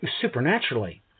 supernaturally